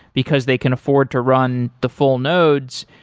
because they can afford to run the full nodes,